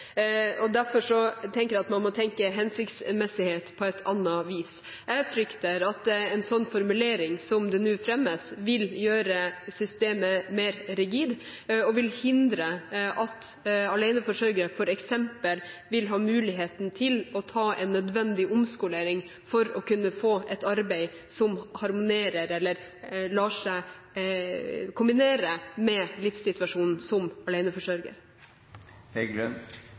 f.eks. Derfor må man tenke hensiktsmessighet på et annet vis. Jeg frykter at en sånn formulering som nå foreslås, vil gjøre systemet mer rigid og vil hindre at aleneforsørgere f.eks. vil ha mulighet til å ta en nødvendig omskolering for å kunne få et arbeid som lar seg kombinere med livssituasjonen som